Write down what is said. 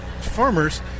farmers